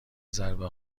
ضربه